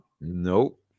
Nope